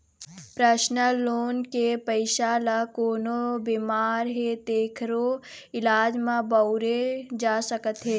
personal loan के पइसा ल कोनो बेमार हे तेखरो इलाज म बउरे जा सकत हे